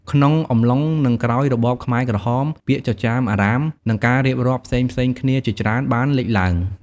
ក្នុងអំឡុង និងក្រោយរបបខ្មែរក្រហម ពាក្យចចាមអារ៉ាម និងការរៀបរាប់ផ្សេងៗគ្នាជាច្រើន បានលេចឡើង។